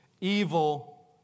evil